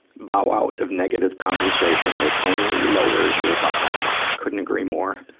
bow out of negative conversation. it only lowers your vibe. couldn't agree more.